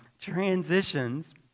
transitions